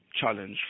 challenge